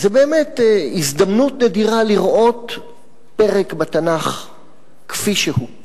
שזו באמת הזדמנות נדירה לראות פרק בתנ"ך כפי שהוא.